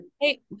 Hey